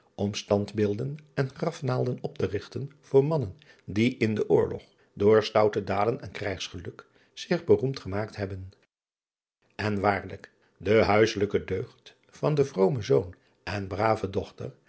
om standbeelden en grafnaalden opterigten voor mannen die in den oorlog door stoute daden en krijgsgeluk zich beroemd gemaakt hebben n waarlijk de huisselijke deugd van den vromen zoon en brave dochter